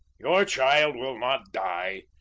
your child will not die.